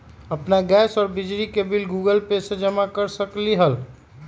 अपन गैस और बिजली के बिल गूगल पे से जमा कर सकलीहल?